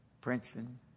Princeton